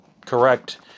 correct